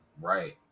right